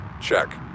check